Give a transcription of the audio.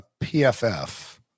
pff